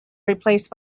replaced